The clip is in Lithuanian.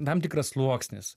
tam tikras sluoksnis